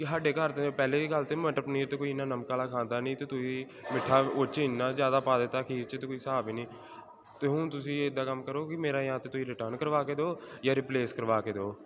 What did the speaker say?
ਕਿ ਸਾਡੇ ਘਰ ਦੇ ਪਹਿਲੇ ਵੀ ਗੱਲ ਤਾਂ ਮਟਰ ਪਨੀਰ ਤਾਂ ਕੋਈ ਇੰਨਾ ਨਮਕ ਵਾਲਾ ਖਾਂਦਾ ਨਹੀਂ ਅਤੇ ਤੁਸੀਂ ਮਿੱਠਾ ਉਸ 'ਚ ਇੰਨਾ ਜ਼ਿਆਦਾ ਪਾ ਦਿੱਤਾ ਖੀਰ 'ਚ ਤਾਂ ਕੋਈ ਹਿਸਾਬ ਏ ਨਹੀਂ ਅਤੇ ਹੁਣ ਤੁਸੀਂ ਇੱਦਾਂ ਕੰਮ ਕਰੋ ਕਿ ਮੇਰਾ ਜਾਂ ਤਾਂ ਤੁਸੀਂ ਰਿਟਰਨ ਕਰਵਾ ਕੇ ਦਿਓ ਜਾਂ ਰਿਪਲੇਸ ਕਰਵਾ ਕੇ ਦਿਓ